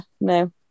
no